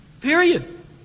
Period